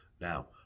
Now